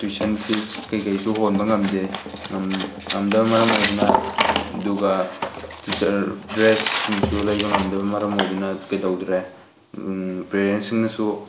tuition fees ꯀꯩꯀꯩꯁꯨ ꯍꯨꯟꯕ ꯉꯝꯗꯦ ꯉꯝꯗꯕꯅ ꯃꯔꯝ ꯑꯣꯏꯗꯅ ꯑꯗꯨꯒ ꯗ꯭ꯔꯦꯁꯁꯤꯡꯁꯨ ꯂꯩꯕ ꯉꯝꯗꯕꯅ ꯃꯔꯝ ꯑꯣꯏꯗꯨꯅ ꯀꯩꯗꯧꯗ꯭ꯔꯦ ꯄꯦꯔꯦꯟꯁꯁꯤꯡꯅꯁꯨ